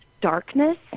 darkness